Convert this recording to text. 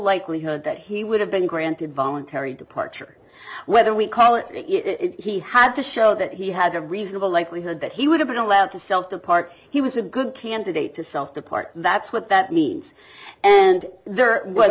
likelihood that he would have been granted voluntary departure whether we call it he had to show that he had a reasonable likelihood that he would have been allowed to self to park he was a good candidate to self the part that's what that means and